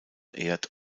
erd